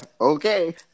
okay